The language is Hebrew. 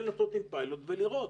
צריכים לצאת עם פיילוט ולראות.